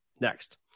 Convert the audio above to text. next